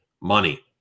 money